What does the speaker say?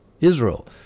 Israel